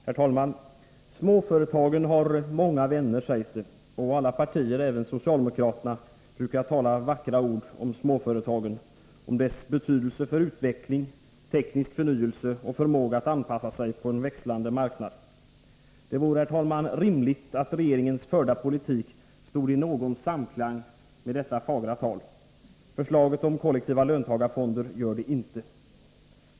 Herr talman! Småföretagen har många vänner, sägs det, och alla partier — även socialdemokraterna — brukar uttala vackra ord om småföretagen, om deras betydelse för utveckling av teknisk förnyelse och förmåga att anpassa sig på en växlande marknad. Det vore, herr talman, rimligt att den politik regeringen för stod i någon samklang med detta fagra tal. Förslaget om kollektiva löntagarfonder gör det inte.